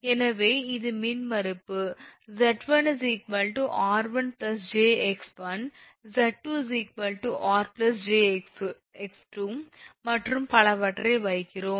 எனவே இது மின்மறுப்பு 𝑍1 𝑟1𝑗𝑥1 𝑍2 𝑟2𝑗𝑥2 மற்றும் பலவற்றை வைக்கிறோம்